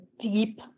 deep